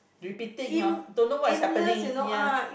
repeating ah don't know what is happening ya